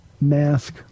mask